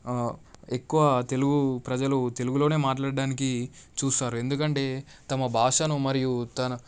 ఎక్కువ తెలుగు ప్రజలు తెలుగులోనే మాట్లాడ్డానికి చూస్తారు ఎందుకంటే తమ భాషను మరియు తన